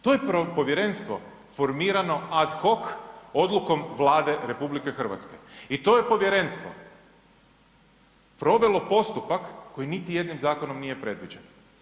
To je povjerenstvo formirano ad foch odlukom Vlade RH i to je povjerenstvo provelo postupak koji niti jednom zakonom nije predviđen.